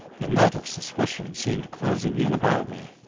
the net of suspicion seemed closing in about me.